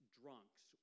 drunks